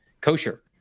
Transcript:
kosher